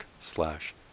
slash